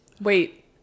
Wait